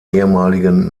ehemaligen